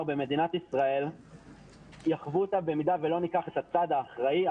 במדינת ישראל יחוו אותה במידה ולא ניקח את הצד האחראי,